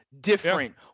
Different